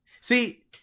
see